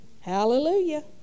Hallelujah